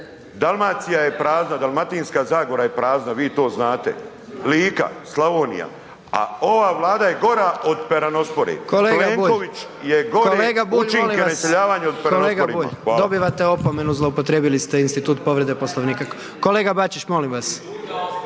Dalmacija je prazna, Dalmatinska zagora je prazna, vi to znate, Lika, Slavonija, a ova Vlada je gora od peranospore, Plenković je gori učinke na iseljavanje od peranospore imao. **Jandroković, Gordan (HDZ)** Kolega Bulj, molim vas, kolega Bulj dobivate opomenu zloupotrijebili ste institut povrede Poslovnika. Kolega Bačić, molim vas,